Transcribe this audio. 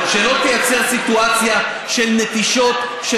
לא לייצר סיטואציה של נטישות של